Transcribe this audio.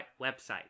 website